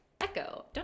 echo